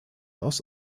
aus